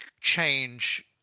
change